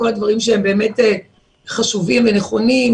כל הדברים שהם באמת חשובים ונכונים,